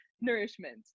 nourishment